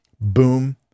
boom